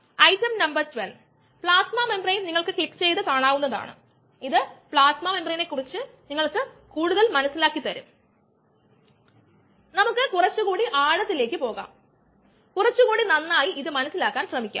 rPvmSKmSV where vmk3Et rp per unit volume അടിസ്ഥാനത്തിൽ അല്ലെങ്കിൽ concentration അടിസ്ഥാനത്തിൽ നമുക്ക് പരിചിതമായ പദാവലിക്ക് അനുസൃതമായി അതിനെ vഎന്ന് വിളിക്കാം